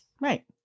Right